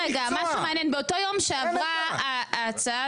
באותו יום שהחוק הזה